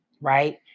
right